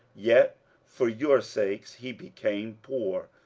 yet for your sakes he became poor,